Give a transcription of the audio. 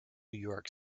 york